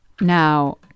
now